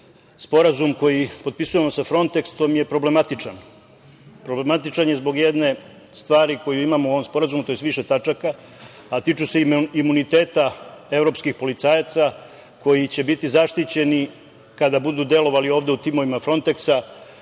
Sporazum koji potpisujemo sa Fronteksom je problematičan. Problematičan je zbog jedne stvari koju imamo u ovom Sporazumu, tj. više tačaka, a tiču se imuniteta evropskih policajaca koji će biti zaštićeni kada budu delovali ovde u timovima Fronteksa,